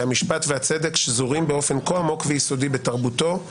שהמשפט והצדק שזורים באופן כה עמוק ויסודי בתרבותו,